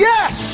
Yes